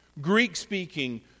greek-speaking